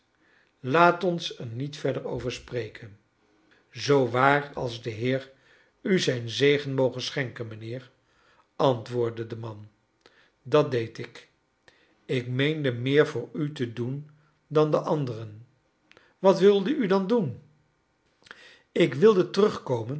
laat ons er niet verder over spreken zoo waar als de heer u zijn zegen moge schenken mijnheer antcharles dickens woordde de man dat deed ik ik meende meer voor u te doen dan de anderen wat wilde u dan doen ik wilde terugkomen